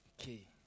Okay